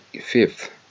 fifth